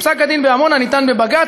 פסק-הדין בעמונה ניתן בבג"ץ,